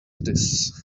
this